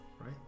right